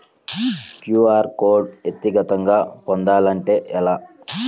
QR code వ్యక్తిగతంగా పొందాలంటే ఎలా?